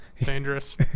Dangerous